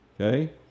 Okay